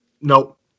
Nope